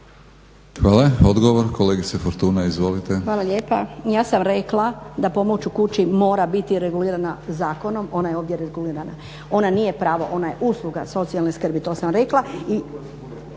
Hvala. Odgovor, kolegice Fortuna. Izvolite. **Fortuna, Višnja (HSU)** Hvala lijepa. Ja sam rekla da pomoć u kući mora biti regulirana zakonom, onda je ovdje regulirana. Ona nije pravo, ona je usluga socijalne skrbi, to sam rekla